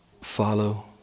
follow